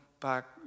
back